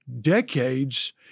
decades